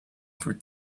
for